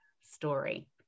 story